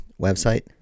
website